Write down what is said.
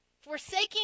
Forsaking